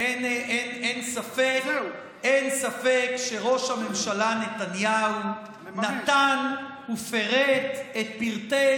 אין ספק שראש הממשלה נתניהו נתן ופירט את פרטי